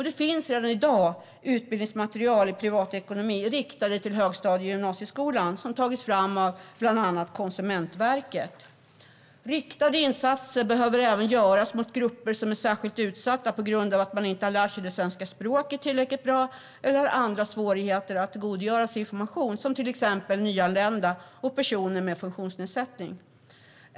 Det finns redan i dag utbildningsmaterial i privatekonomi riktat till högstadie och gymnasieskolan som har tagits fram av bland annat Konsumentverket. Riktade insatser behöver även göras mot grupper som är särskilt utsatta på grund av att de inte har lärt sig det svenska språket tillräckligt bra eller på grund av att de har andra svårigheter att tillgodogöra sig information, till exempel nyanlända och personer med funktionsnedsättning.